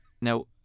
Now